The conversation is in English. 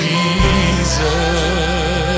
Jesus